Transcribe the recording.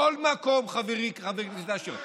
בכל מקום, חבר הכנסת אשר.